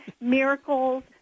miracles